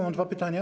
Mam dwa pytania.